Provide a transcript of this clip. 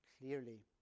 clearly